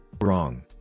Wrong